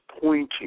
pointing